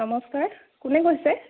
নমস্কাৰ কোনে কৈছে